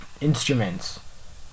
instruments